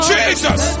Jesus